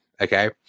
okay